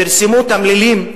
פרסמו תמלילים,